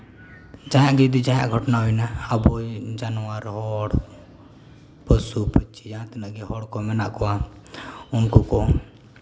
ᱡᱟᱦᱟᱸᱭ ᱡᱩᱫᱤ ᱡᱟᱦᱟᱸᱭᱟᱜ ᱜᱷᱚᱴᱱᱟ ᱦᱩᱭᱱᱟ ᱟᱵᱚ ᱡᱟᱱᱣᱟᱨ ᱦᱚᱲ ᱯᱚᱥᱩ ᱯᱟᱹᱠᱷᱤ ᱡᱟᱦᱟᱸ ᱛᱤᱱᱟᱹᱜ ᱜᱮ ᱦᱚᱲ ᱠᱚ ᱢᱮᱱᱟᱜ ᱠᱚᱣᱟ ᱩᱱᱠᱩ ᱠᱚ